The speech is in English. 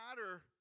matter